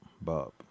Bob